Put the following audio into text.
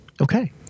Okay